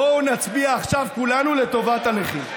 בואו נצביע עכשיו כולנו לטובת הנכים.